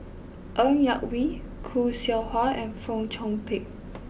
Ng Yak Whee Khoo Seow Hwa and Fong Chong Pik